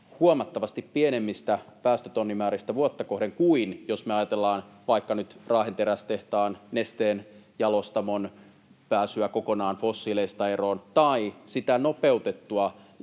huomattavasti pienemmistä päästötonnimääristä vuotta kohden kuin jos me ajatellaan vaikka nyt Raahen terästehtaan, Nesteen jalostamon, pääsyä kokonaan fossiileista eroon — tai sitä nopeutettua